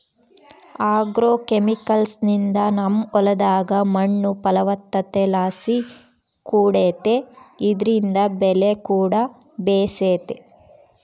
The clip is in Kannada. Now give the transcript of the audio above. ಆಗ್ರೋಕೆಮಿಕಲ್ಸ್ನಿಂದ ನಮ್ಮ ಹೊಲದಾಗ ಮಣ್ಣು ಫಲವತ್ತತೆಲಾಸಿ ಕೂಡೆತೆ ಇದ್ರಿಂದ ಬೆಲೆಕೂಡ ಬೇಸೆತೆ